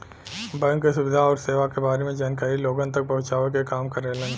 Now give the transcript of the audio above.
bank क सुविधा आउर सेवा क बारे में जानकारी लोगन तक पहुँचावे क काम करेलन